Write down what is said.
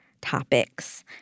topics